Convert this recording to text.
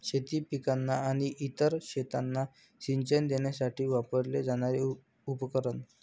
शेती पिकांना आणि इतर शेतांना सिंचन देण्यासाठी वापरले जाणारे उपकरण